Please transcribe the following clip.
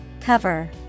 Cover